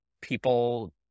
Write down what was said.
people